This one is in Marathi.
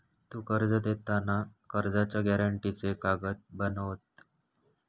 तु कर्ज देताना कर्जाच्या गॅरेंटीचे कागद बनवत?